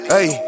Hey